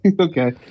okay